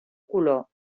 color